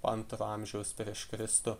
antro amžiaus prieš kristų